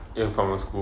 from your school